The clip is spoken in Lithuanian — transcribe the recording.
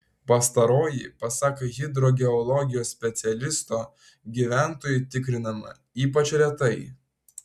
pastaroji pasak hidrogeologijos specialisto gyventojų tikrinama ypač retai